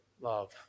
love